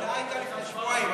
ההודעה הייתה לפני שבועיים,